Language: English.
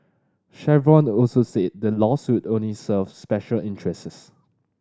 Chevron also said the lawsuits only serve special interests